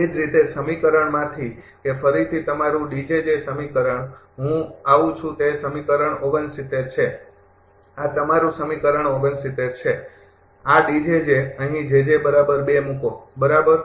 એ જ રીતે આ સમીકરણમાંથી કે ફરીથી તમારું સમીકરણ હું આવું છું તે સમીકરણ ૬૯ છે આ તમારું આ સમીકરણ ૬૯ છે આ અહીં મૂકો બરાબર